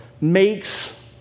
makes